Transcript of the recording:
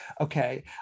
Okay